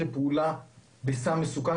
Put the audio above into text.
שבגלל הייאוש והמצוקה הכול כך גדולה של המשפחות,